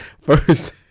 First